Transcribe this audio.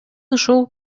ушул